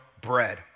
bread